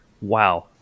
Wow